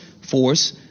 force